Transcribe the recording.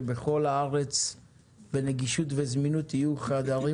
שבכל הארץ בנגישות וזמינות יהיו חדרים